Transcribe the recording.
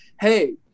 hey